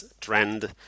trend